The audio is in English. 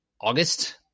August